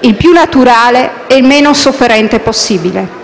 il più naturale e meno sofferente possibile.